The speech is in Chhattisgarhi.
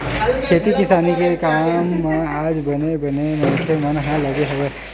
खेती किसानी के काम म आज बने बने मनखे मन ह लगे हवय